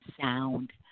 sound